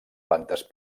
plantes